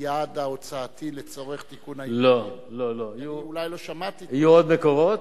היעד ההוצאתי לצורך תיקון, לא, אולי לא שמעתי טוב.